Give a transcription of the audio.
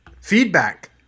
feedback